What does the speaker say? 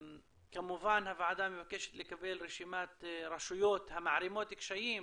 הוועדה מבקשת לקבל רשימת רשויות המערימות קשיים